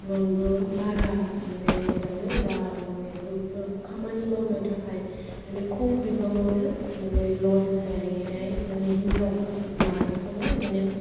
लनबो बारा माने मोनामोन दा माने ग्रुपफोर खामानि मावनो थाखाय माने खम बिबाङावनो माने लन होनानैहाय माने हिनजाव माहारिखौहाय माने